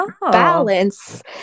balance